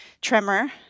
tremor